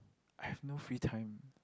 I have no free time